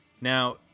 Now